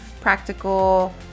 practical